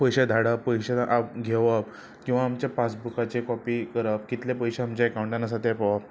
पयशे धाडप पयशे घेवप किंवां आमच्या पासबुकाचे कॉपी करप कितले पयशे आमच्या एकउंटान आसा तें पळोवप